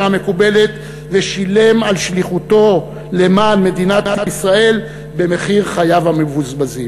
המקובלת ושילם על שליחותו למען מדינת ישראל במחיר חייו המבוזבזים.